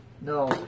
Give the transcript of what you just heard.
No